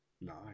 Nice